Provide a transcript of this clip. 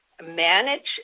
manage